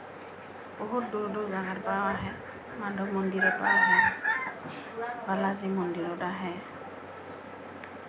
বহুত দূৰ দূৰ জাগাৰ পৰাও আহে বালাজী মন্দিৰত আহে